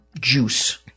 juice